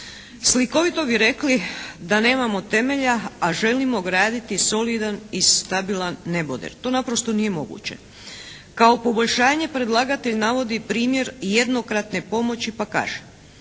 Slikovito bi rekli da nemamo temelja a želimo graditi solidan i stabilan neboder. To naprosto nije moguće. Kao poboljšanje predlagatelj navodi primjer jednokratne pomoći pa kaže: